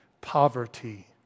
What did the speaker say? poverty